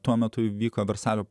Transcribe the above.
tuo metu vyko versalio